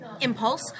impulse